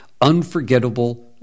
unforgettable